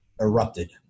erupted